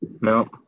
no